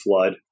flood